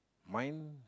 mine